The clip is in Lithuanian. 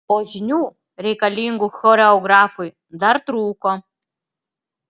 o žinių reikalingų choreografui dar trūko